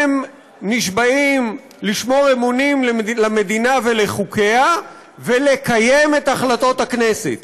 הם נשבעים לשמור אמונים למדינה ולחוקיה ולקיים את החלטות הכנסת,